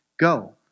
go